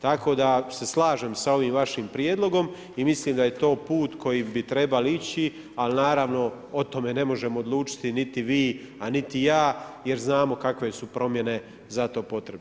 Tako da se slažem sa ovim vašim prijedlogom i mislim da je to put kojim bi trebali ići, ali naravno, o tome ne možemo odlučiti niti vi, a niti ja, jer znamo kakve su promjene za to potrebne.